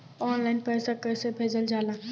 Online पैसा कैसे भेजल जाला?